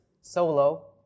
solo